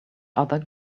other